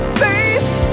face